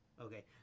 Okay